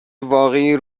واقعی